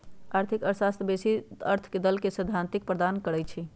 आर्थिक अर्थशास्त्र बेशी क अर्थ के लेल सैद्धांतिक अधार प्रदान करई छै